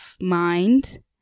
mind